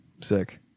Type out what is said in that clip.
sick